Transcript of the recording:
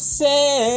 say